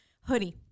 hoodie